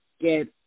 get